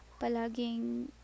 palaging